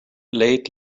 late